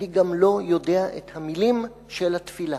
אני גם לא יודע את המלים של התפילה,